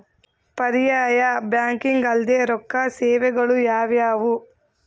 ಪರ್ಯಾಯ ಬ್ಯಾಂಕಿಂಗ್ ಅಲ್ದೇ ರೊಕ್ಕ ಸೇವೆಗಳು ಯಾವ್ಯಾವು?